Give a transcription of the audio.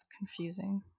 confusing